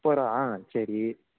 முப்பது ரூபா ஆ சரி